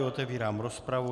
Otevírám rozpravu.